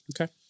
okay